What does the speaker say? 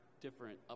different